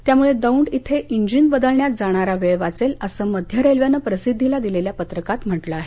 त्यामुळे दोंड इथे इंजिन बदल्यात जाणारा वेळ वाचेल असं मध्य रेल्वेनं प्रसिद्धीला दिलेल्या पत्रकात म्हटलं आहे